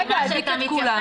כשאתה מתייחס